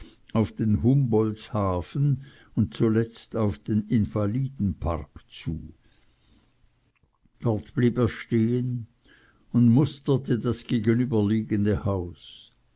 auf den humboldtshafen und zuletzt auf den invalidenpark zu dort blieb er stehen und musterte das gegenübergelegene haus